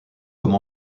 comme